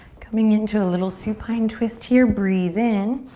coming into a little supine twist here. breathe in.